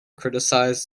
criticized